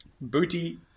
Booty